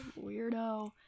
Weirdo